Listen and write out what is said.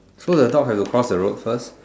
so the dog has to cross the road first